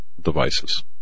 devices